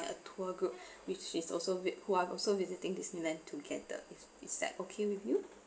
a tour group which is also with who are also visiting disneyland together is is that okay with you